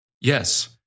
Yes